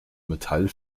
metall